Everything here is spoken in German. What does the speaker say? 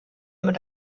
mit